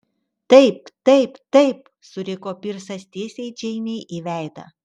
taip taip taip suriko pirsas tiesiai džeinei į veidą